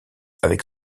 avec